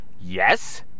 Yes